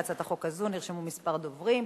להצעת החוק הזאת נרשמו כמה דוברים,